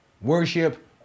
Worship